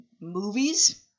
movies